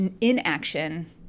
inaction